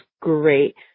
great